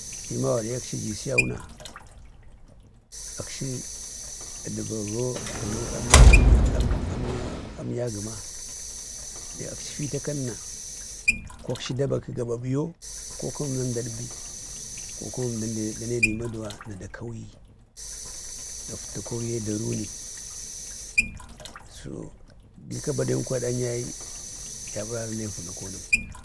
Imau gaɗe akchi ji siyauna akchi əɗbago vənu amnya-amnya gəma. akchi fita akanna, ko akchi da baki gaɓaɓiyo ko kum əmdan daɗbi, ko kuma əmdan da nedi imaduwa na da kauyi. Gapta kowye da runi. so gika Baden aɗan yaye ya ɓərari ne vənakonəm.